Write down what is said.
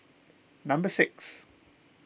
number six